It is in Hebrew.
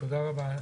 תודה רבה.